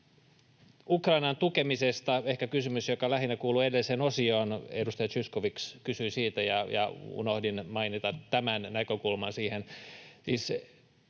Ukrainan tukemisesta ehkä kysymys, joka lähinnä kuului edelliseen osioon — edustaja Zyskowicz kysyi siitä, ja unohdin mainita tämän näkökulman siinä.